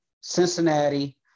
Cincinnati